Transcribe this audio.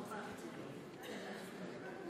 ההצבעה: 51 בעד, 37 נגד.